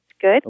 good